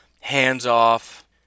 hands-off